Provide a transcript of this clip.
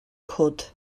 cwd